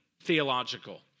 theological